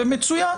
מצוין.